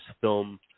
film